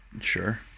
sure